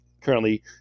currently